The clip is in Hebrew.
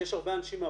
יש הרבה אנשים,